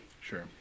sure